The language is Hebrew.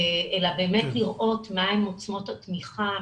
אלא באמת לראות מהן עוצמות התמיכה,